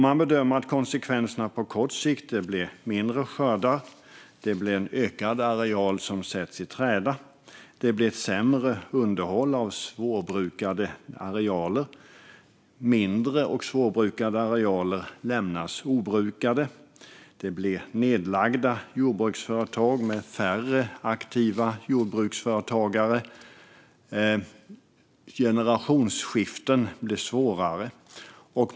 Man bedömer att konsekvenserna på kort sikt är mindre skördar, en ökad areal som sätts i träda och sämre underhåll av svårbrukade arealer. Mindre och svårbrukade arealer lämnas obrukade. Det blir nedlagda jordbruksföretag med färre aktiva jordbruksföretagare. Generationsskiften blir svårare.